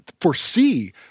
foresee